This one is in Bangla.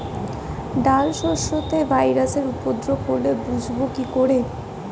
ডাল শস্যতে ভাইরাসের উপদ্রব হলে বুঝবো কি করে?